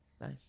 nice